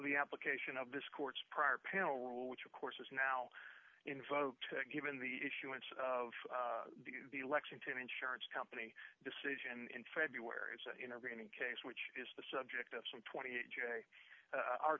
the application of this court's prior panel rule which of course is now infotech given the issuance of the lexington insurance company decision in february intervening case which is the subject of some twenty eight j